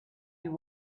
you